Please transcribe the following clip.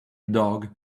dog